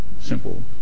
Simple